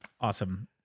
Awesome